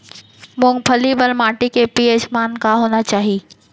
मूंगफली बर माटी के पी.एच मान का होना चाही?